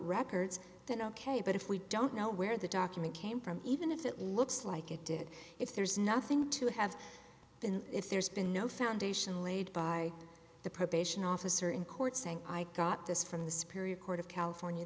records that ok but if we don't know where the document came from even if it looks like it did if there's nothing to have been if there's been no foundation laid by the probation officer in court saying i got this from the superior court of california